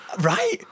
right